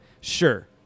sure